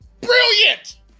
Brilliant